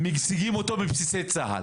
משיגים אותו בבסיסי צה"ל.